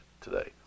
today